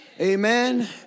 Amen